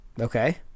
Okay